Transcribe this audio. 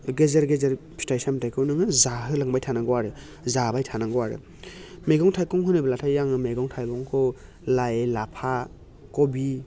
गेजेर गेजेर फिथाइ सामथायखौ नोङो जाहोलांबाय थानांगौ आरो जाबाय थानांगौ आरो मैगं थाइगं होनोब्लाथाय आङो मैगं थाइगंखौ लाय लाफा खबि